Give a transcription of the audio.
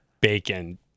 Bacon